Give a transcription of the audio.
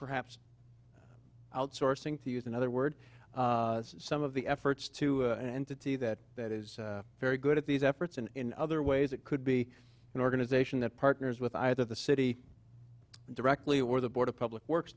perhaps outsourcing to use another word some of the efforts to entity that that is very good at these efforts and in other ways it could be an organization that partners with either the city directly or the board of public works